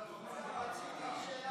יש למציעים שאלת המשך, השר.